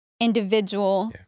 individual